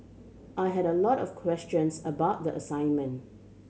I had a lot of questions about the assignment